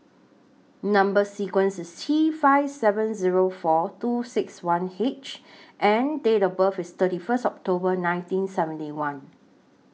Number sequence IS T five seven Zero four two six one H and Date of birth IS thirty First October nineteen seventy one